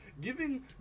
giving